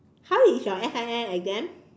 how is your F_I_L exam